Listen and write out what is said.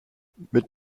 mit